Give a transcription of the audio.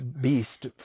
beast